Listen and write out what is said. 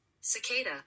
Cicada